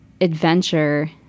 adventure